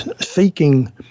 seeking